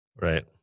Right